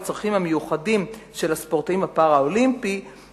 לצרכים המיוחדים של הספורטאים הפראלימפיים,